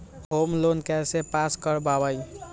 Home loan कैसे pass कर बाबई?